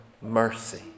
mercy